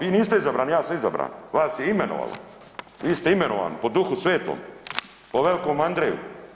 Vi niste izabrani, ja sam izabran, vas je imenovalo, vi ste imenovani po Duhu svetom, po velikom Andreju.